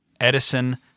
Edison